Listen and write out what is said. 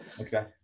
Okay